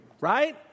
right